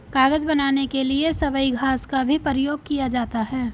कागज बनाने के लिए सबई घास का भी प्रयोग किया जाता है